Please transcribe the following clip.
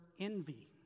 envy